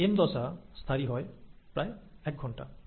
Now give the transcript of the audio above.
এই এম দশা স্থায়ী হয় প্রায় এক ঘন্টা